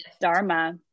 dharma